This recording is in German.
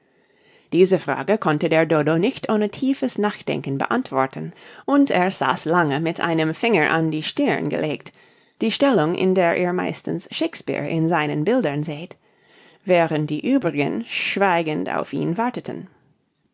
diese frage konnte der dodo nicht ohne tiefes nachdenken beantworten und er saß lange mit einem finger an die stirn gelegt die stellung in der ihr meistens shakespeare in seinen bildern seht während die uebrigen schweigend auf ihn warteten